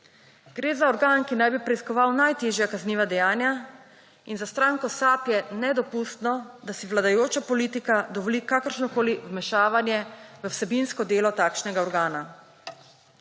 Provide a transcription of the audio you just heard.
Gre za organ, ki naj bi preiskoval najtežja kazniva dejanja. In za stranko SAB je nedopustno, da si vladajoča politika dovoli kakršnokoli vmešavanje v vsebinsko delo takšnega organa.